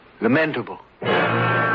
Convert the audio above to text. Lamentable